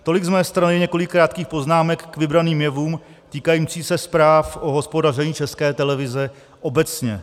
Tolik z mé strany několik krátkých poznámek k vybraným jevům týkajícím se zpráv o hospodaření České televize obecně.